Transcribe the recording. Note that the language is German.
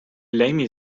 lamy